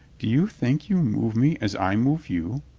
do you think you move me as i move you?